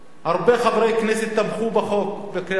הרבה חברי כנסת תמכו בחוק בקריאה טרומית.